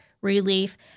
relief